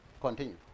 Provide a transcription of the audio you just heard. Continue